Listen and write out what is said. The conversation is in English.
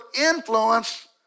influence